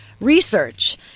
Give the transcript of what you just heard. research